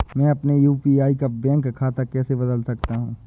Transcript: मैं अपने यू.पी.आई का बैंक खाता कैसे बदल सकता हूँ?